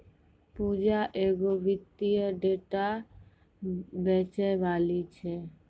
पूजा एगो वित्तीय डेटा बेचैबाली छै